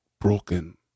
broken